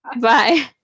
Bye